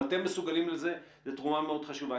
אם אתם מסוגלים לזה, זו תרומה מאוד חשובה.